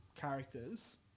characters